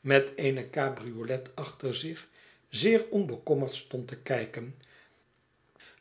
met eene cabriolet achter zich zeer onbekommerd stpnd te kijken